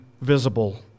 visible